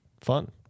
Fun